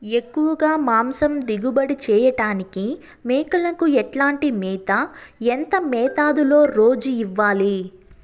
ఎక్కువగా మాంసం దిగుబడి చేయటానికి మేకలకు ఎట్లాంటి మేత, ఎంత మోతాదులో రోజు ఇవ్వాలి?